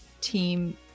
team